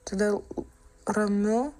todėl ramiu